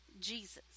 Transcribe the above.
Jesus